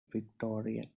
victorian